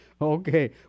Okay